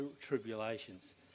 tribulations